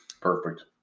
Perfect